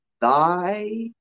thy